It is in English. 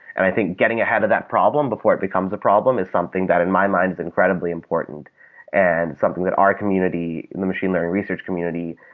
i think getting ahead of that problem before it becomes a problem is something that in my mind is incredibly important and something that our community, the machine learning research community,